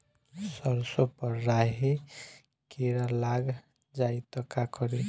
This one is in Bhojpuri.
सरसो पर राही किरा लाग जाई त का करी?